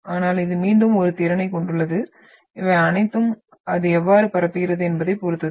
ஆனால் இது மீண்டும் ஒரு திறனைக் கொண்டுள்ளது இவை அனைத்தும் அது எவ்வாறு பரப்புகிறது என்பதைப் பொறுத்தது